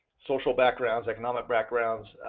social backgrounds, economic backgrounds,